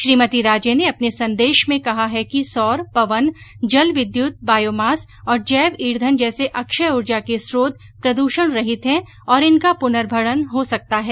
श्रीमती राजे ने अपने संदेश में कहा है कि सौर पवन जल विद्यूत बायोमास और जैव ईंधन जैसे अक्षय ऊर्जा के स्रोत प्रद्षण रहित हैं और इनका पुनर्भरण हो सकता है